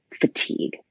fatigue